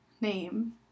name